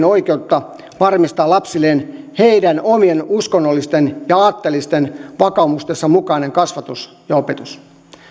oikeutta varmistaa lapsilleen heidän omien uskonnollisten ja aatteellisten vakaumustensa mukainen kasvatus ja opetus